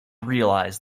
realize